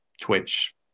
Twitch